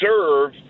serve